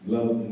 Love